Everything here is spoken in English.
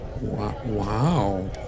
Wow